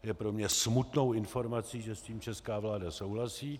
Je pro mě smutnou informací, že s tím česká vláda souhlasí.